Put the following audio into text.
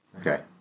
okay